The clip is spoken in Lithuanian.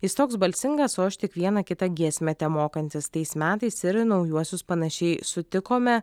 jis toks balsingas o aš tik vieną kitą giesmę temokantis tais metais ir naujuosius panašiai sutikome